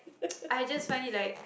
I just find it like